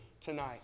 tonight